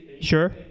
Sure